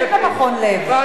אחת ולתמיד,